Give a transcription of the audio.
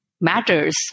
matters